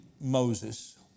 Moses